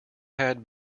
had